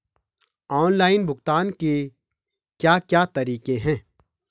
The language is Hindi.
ऑनलाइन भुगतान के क्या क्या तरीके हैं?